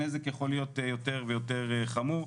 הנזק יכול להיות יותר ויותר חמור,